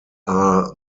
are